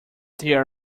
there